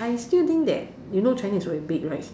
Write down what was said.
I still think that you know China is very big right